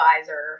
advisor